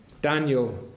Daniel